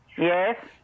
Yes